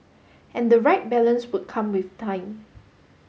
and the right balance would come with time